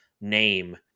name